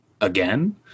again